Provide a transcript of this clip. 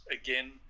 again